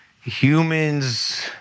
humans